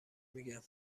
میگم